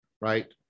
right